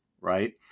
right